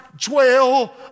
dwell